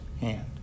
hand